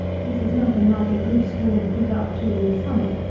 this is nothing like a good swarm put up during the summer.